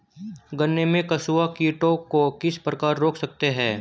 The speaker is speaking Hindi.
गन्ने में कंसुआ कीटों को किस प्रकार रोक सकते हैं?